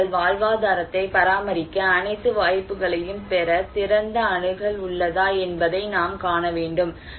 மக்கள் தங்கள் வாழ்வாதாரத்தை பராமரிக்க அனைத்து வாய்ப்புகளையும் பெற திறந்த அணுகல் உள்ளதா என்பதை நாம் காண வேண்டும்